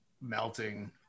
melting